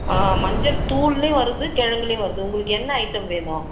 ஆ மஞ்சள் தூள்லேயும் வருது கிழங்குலையும் வருது உங்களுக்கு என்ன ஐட்டம் வேணும்